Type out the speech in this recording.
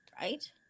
right